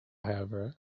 however